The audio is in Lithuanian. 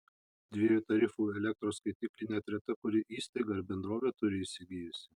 dviejų tarifų elektros skaitiklį net reta kuri įstaiga ar bendrovė turi įsigijusi